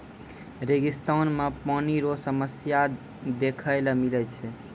रेगिस्तान मे पानी रो समस्या देखै ले मिलै छै